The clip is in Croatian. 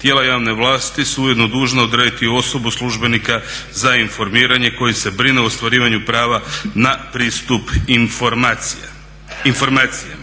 Tijela javne vlasti su ujedno dužna odrediti osobu, službenika za informiranje koji se brine o ostvarivanju prava na pristup informacijama.